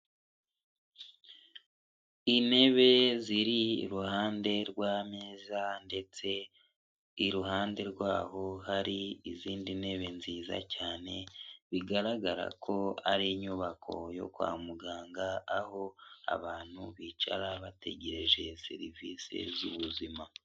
Intebe ziri iruhande rw'ameza ndetse iruhande rwaho hari izindi ntebe nziza cyane bigaragara ko ari inyubako yo kwa muganga aho abantu bicara bategereje serivisi z'ubuzima.